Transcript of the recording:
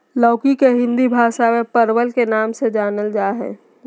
लौकी के हिंदी भाषा में परवल के नाम से जानल जाय हइ